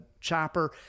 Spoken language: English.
chopper